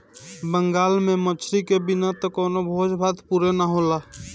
बंगाल में मछरी के बिना त कवनो भोज भात पुरे ना होला